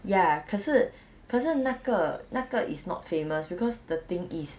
ya 可是可是那个那个 is not famous because the thing is